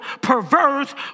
perverse